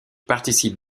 participe